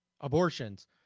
abortions